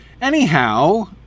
Anyhow